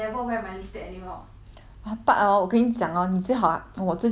but hor 我跟你讲 orh 你最好我最近又开始用 liao 你知道为什么吗